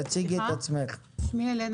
תציגי את עצמך, בבקשה.